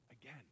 Again